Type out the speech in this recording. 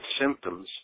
symptoms